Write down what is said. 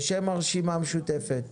בשם הרשימה המשותפת.